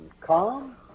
Calm